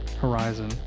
horizon